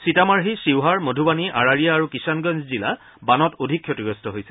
সিতামাৰ্হী শিউহাৰ মধুবাণী আৰাৰিয়া আৰু কিযাণগঞ্জ জিলা বানত অধিক ক্ষতিগ্ৰস্ত হৈছে